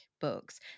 books